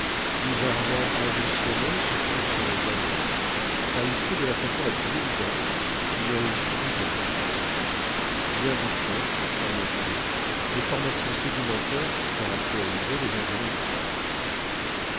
bizarrement convulsionné sur toute son étendue trahissait de la façon la plus évidente une origine plutonienne bien distincte en effet des formations sédimentaires qui caractérisaient les environs du cap